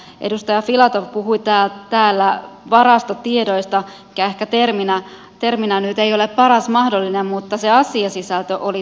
edustaja filatov puhui täällä varastotiedoista mikä ehkä terminä nyt ei ole paras mahdollinen mutta se asiasisältö oli tärkeä